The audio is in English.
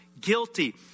guilty